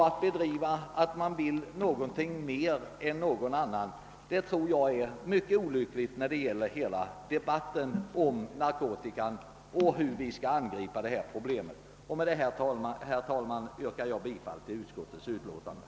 Att säga att man vill någonting mer än någon annan tror jag är mycket olyckligt i debatten om hur vi skall angripa narkotikaproblemet. Med detta, herr talman, yrkar jag bifall till utskottets hemställan.